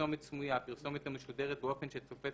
פרסומת סמויה-פרסומת המשודרת באופן שצופה